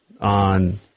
on